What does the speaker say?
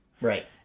Right